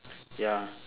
ya